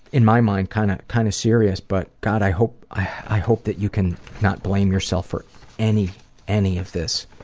in my mind, kind of kind of serious. but god, i hope i hope that you can not blame yourself for any any of this.